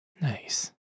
Nice